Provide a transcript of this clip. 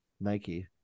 nike